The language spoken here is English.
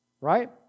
right